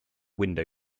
window